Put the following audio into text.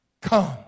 come